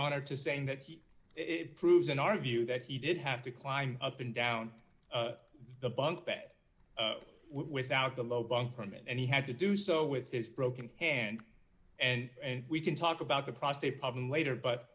honor to saying that it proves in our view that he did have to climb up and down the bunk bed without the low bunk from it and he had to do so with his broken hand and we can talk about the prostate problem later but